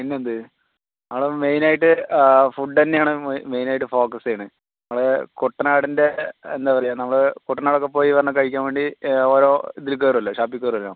പിന്നെന്ത് അവിടെ മെയിനായിട്ട് ഫുഡ്ഡ് തന്നെയാണ് മെയിനായിട്ട് ഫോക്കസ് ചെയ്യണത് നമ്മളെ കുട്ടനാടിന്റെ എന്താ പറയുക നമ്മൾ കുട്ടനാടൊക്കെ പോയി വന്നാൽ കഴിക്കാൻ വേണ്ടി ഓരോ ഇതിൽ കയറുമല്ലോ ഷാപ്പിൽ കയറുമല്ലോ